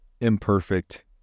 imperfect